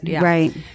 Right